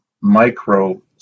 micro